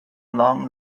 long